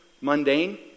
mundane